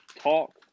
talk